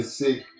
sick